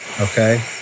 okay